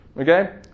Okay